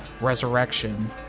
resurrection